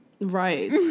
Right